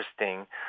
interesting